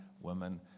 women